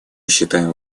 считаем